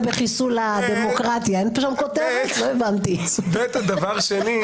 אם אנחנו יודעים היום שבית המשפט הזר מחייב אותם